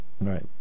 Right